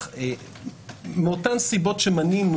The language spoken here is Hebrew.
מאותן סיבות שמנינו,